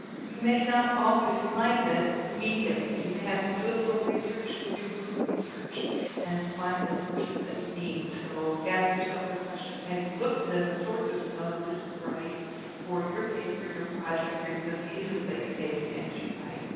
you may not always find it immediately. you may have to do a little research to do good research and to find the sources that you need. so ask yourself the question, have you looked at enough sources to know this is right for your paper, your project, your the thesis that you're taking as you write.